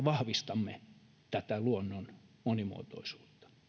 vahvistamme luonnon monimuotoisuutta